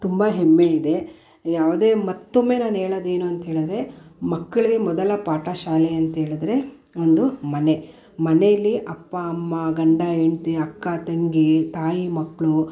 ತುಂಬ ಹೆಮ್ಮೆಯಿದೆ ಯಾವುದೇ ಮತ್ತೊಮ್ಮೆ ನಾನು ಹೇಳೋದು ಏನು ಅಂಥೇಳಿದರೆ ಮಕ್ಕಳಿಗೆ ಮೊದಲ ಪಾಠ ಶಾಲೆ ಅಂತ ಹೇಳಿದರೆ ಒಂದು ಮನೆ ಮನೇಲಿ ಅಪ್ಪ ಅಮ್ಮ ಗಂಡ ಹೆಂಡತಿ ಅಕ್ಕ ತಂಗಿ ತಾಯಿ ಮಕ್ಕಳು